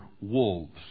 wolves